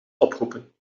oproepen